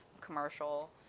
commercial